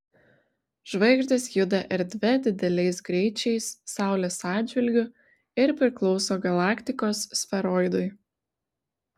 žvaigždės juda erdve dideliais greičiais saulės atžvilgiu ir priklauso galaktikos sferoidui